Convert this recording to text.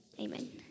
amen